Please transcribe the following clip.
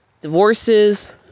divorces